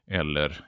eller